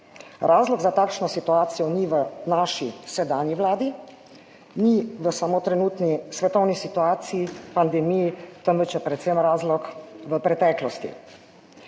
razlog za takšno situacijo ni v naši sedanji vladi, ni v samo trenutni svetovni situaciji, pandemiji, temveč je predvsem razlog v preteklosti.